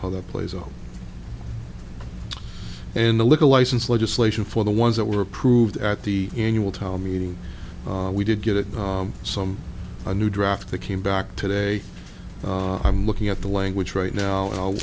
how that plays out and the liquor license legislation for the ones that were approved at the annual town meeting we did get some a new draft that came back today i'm looking at the language right now